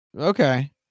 Okay